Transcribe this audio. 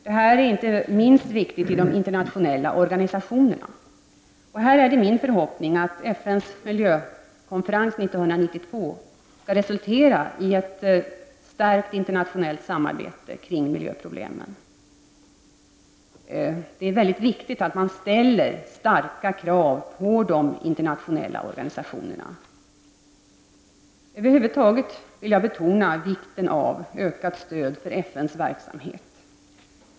Detta är inte minst viktigt i de internationella organisationerna. Det är i detta sammanhang min förhoppning att FNs miljökonferens 1992 skall resultera i ett stärkt internationellt samarbete kring miljöproblemen. Det är mycket viktigt att man ställer hårda krav på de internationella organisationerna. Jag vill över huvud taget betona vikten av ett ökat stöd för FNs verksamhet.